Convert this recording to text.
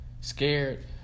scared